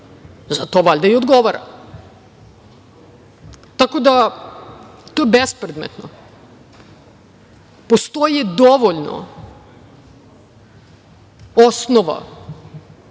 zato valjda i odgovara. Tako da, to je bespredmetno. Postoji dovoljno osnova